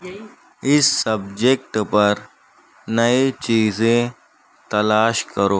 اس subject پر نئے چیزیں تلاش کرو